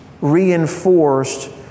reinforced